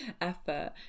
effort